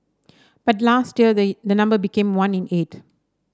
but last year the the number became one in eight